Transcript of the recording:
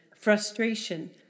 frustration